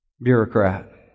bureaucrat